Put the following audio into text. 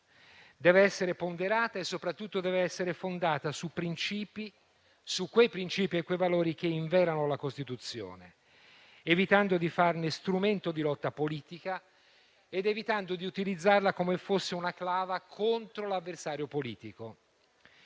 deve essere ponderata e soprattutto fondata su quei principi e quei valori che inverano la Costituzione, evitando di farne strumento di lotta politica e di utilizzarla come fosse una clava contro l'avversario politico.